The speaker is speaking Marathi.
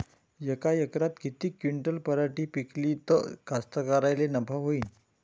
यका एकरात किती क्विंटल पराटी पिकली त कास्तकाराइले नफा होईन?